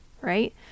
right